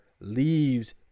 leaves